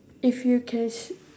if you can sn~